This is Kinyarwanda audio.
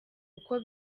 uko